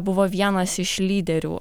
buvo vienas iš lyderių